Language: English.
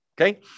Okay